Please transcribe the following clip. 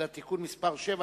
אלא תיקון מספר שבע,